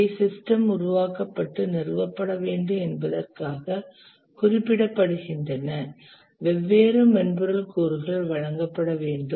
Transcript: இவை சிஸ்டம் உருவாக்கப்பட்டு நிறுவப்பட வேண்டும் என்பதற்காக குறிப்பிடப்படுகின்றன வெவ்வேறு மென்பொருள் கூறுகள் வழங்கப்பட வேண்டும்